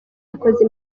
yakoze